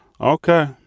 Okay